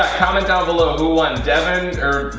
comment down below who won. devan or.